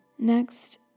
Next